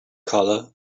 colour